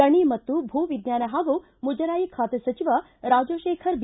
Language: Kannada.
ಗಣಿ ಮತ್ತು ಭೂ ವಿಜ್ಞಾನ ಹಾಗೂ ಮುಜರಾಯಿ ಖಾತೆ ಸಚಿವ ರಾಜಕೇಖರ್ ಬಿ